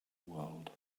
world